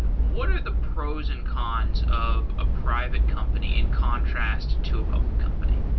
what are the pros and cons of a private company in contrast to a public company?